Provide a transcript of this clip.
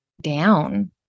down